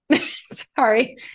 Sorry